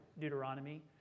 Deuteronomy